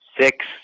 six